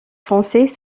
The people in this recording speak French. français